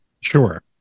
Sure